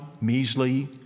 measly